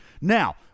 Now